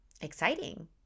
exciting